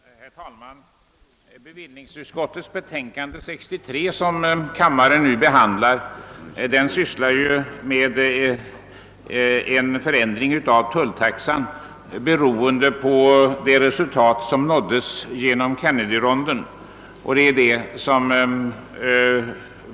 Herr talman! Bevillningsutskottets betänkande nr 63, som kammaren nu behandlar, sysslar med en förändring av tulltaxan beroende på det resultat som nåddes genom Kennedyronden.